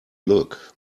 look